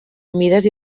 humides